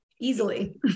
easily